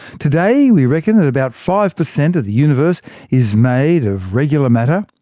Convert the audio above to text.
today we reckon that about five percent of the universe is made of regular matter,